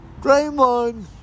Draymond